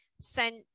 sent